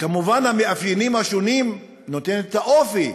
כמובן המאפיינים השונים, נותן את האופי.